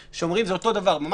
זה הבדל ראשון ומהותי.